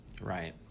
right